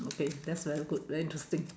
okay that's very good very interesting